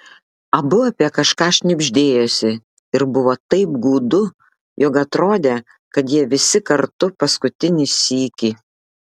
abu apie kažką šnibždėjosi ir buvo taip gūdu jog atrodė kad jie visi kartu paskutinį sykį